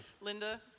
Linda